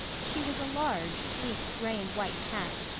she was a large, sleek, gray-and-white cat,